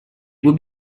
would